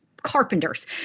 carpenters